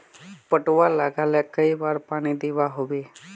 पटवा लगाले कई बार पानी दुबा होबे?